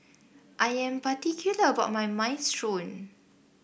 I am particular about my Minestrone